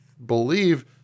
believe